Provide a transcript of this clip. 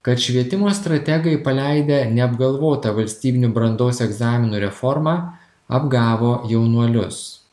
kad švietimo strategai paleidę neapgalvotą valstybinių brandos egzaminų reformą apgavo jaunuolius